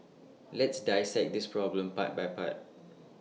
let's dissect this problem part by part